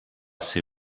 ser